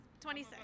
26